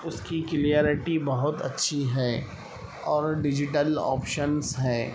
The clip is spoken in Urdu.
اس کی کلیرٹی بہت اچھی ہے اور ڈیجیٹل آپشنس ہیں